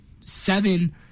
seven